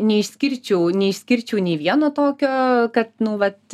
neišskirčiau neišskirčiau nei vieno tokio kad nu vat